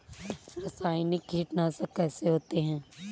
रासायनिक कीटनाशक कैसे होते हैं?